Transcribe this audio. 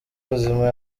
ubuzima